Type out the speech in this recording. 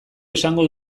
esango